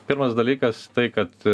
pirmas dalykas tai kad